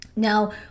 Now